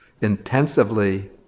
intensively